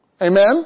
Amen